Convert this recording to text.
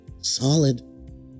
solid